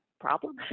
problem